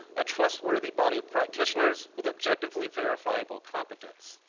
a trustworthy body of practitioners with objectively verifiable competence.